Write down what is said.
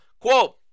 Quote